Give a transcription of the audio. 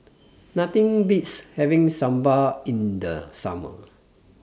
Nothing Beats having Sambar in The Summer